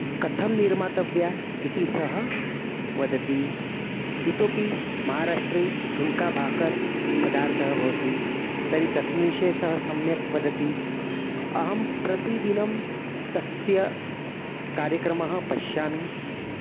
कथं निर्मातव्या इति सः वदति इतोऽपि महाराष्ट्रे झु़न्का बाकर् पदार्थः भवति तर्हि तस्मिन् विषये सः सम्यक् वदति अहं प्रतिदिनं तस्य कार्यक्रमं पश्यामि